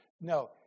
No